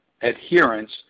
adherence